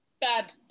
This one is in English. bad